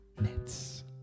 nets